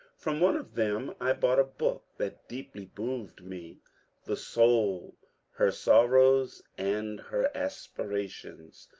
from one of them i bought a book that deeply moved me the soul her sorrows and her aspirations.